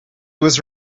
was